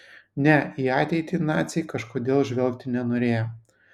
ne į ateitį naciai kažkodėl žvelgti nenorėjo